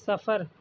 صفر